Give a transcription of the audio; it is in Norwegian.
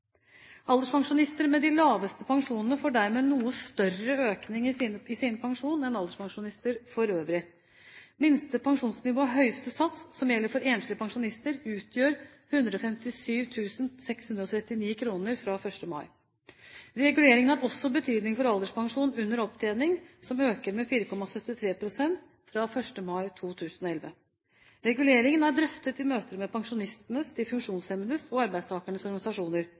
Alderspensjonister med de laveste pensjonene får dermed noe større økning i sin pensjon enn alderspensjonister for øvrig. Minste pensjonsnivå høyeste sats, som gjelder for enslige pensjonister, utgjør 157 639 kr fra 1. mai. Reguleringen har også betydning for alderspensjon under opptjening, som øker med 4,73 pst. fra 1. mai 2011. Reguleringen er drøftet i møter med pensjonistenes, de funksjonshemmedes og arbeidstakernes organisasjoner.